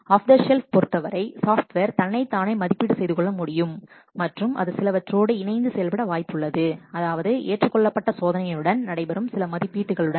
of shelf பொருத்தவரை software தன்னைத்தானே மதிப்பீடு செய்துகொள்ள முடியும் மற்றும் அது சிலவற்றோடு இணைந்து செயல்பட வாய்ப்பு உள்ளது அதாவது ஏற்றுக்கொள்ளப்பட்ட சோதனையுடன் நடைபெறும் சில மதிப்பீடுகள் உடன்